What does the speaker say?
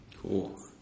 Cool